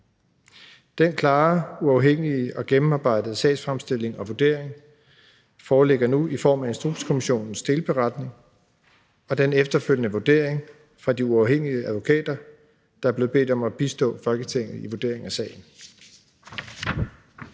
Den klare, uafhængige og gennemarbejdede sagsfremstilling og vurdering foreligger nu i form af Instrukskommissionens delberetning og den efterfølgende vurdering fra de uafhængige advokater, der blev bedt om at bistå Folketinget i vurderingen af sagen.